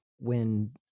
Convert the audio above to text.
when-